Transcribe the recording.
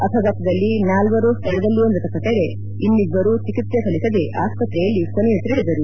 ಅಪಘಾತದಲ್ಲಿ ನಾಲ್ವರು ಸ್ಥಳದಲ್ಲಿಯೇ ಮೃತಪಟ್ಟರೆ ಇನ್ನಿಬ್ಬರು ಚಿಕಿತ್ಸೆ ಫಲಿಸದೆ ಆಸ್ಪತ್ರೆಯಲ್ಲಿ ಕೊನೆಯುಸಿರೆಳೆದರು